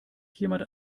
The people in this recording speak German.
jemand